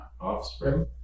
Offspring